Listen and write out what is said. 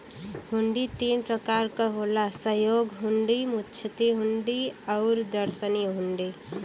हुंडी तीन प्रकार क होला सहयोग हुंडी, मुद्दती हुंडी आउर दर्शनी हुंडी